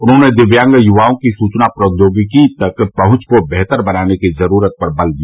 उन्होंने दिव्यांग यवाओं की सुवना प्रौद्योगिकी तक पहच को बेहतर बनाने की जरूरत पर बल दिया